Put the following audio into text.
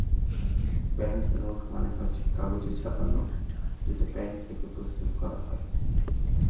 bank note মানে হচ্ছে কাগজে ছাপা নোট যেটা ব্যাঙ্ক থেকে প্রস্তুত করা হয়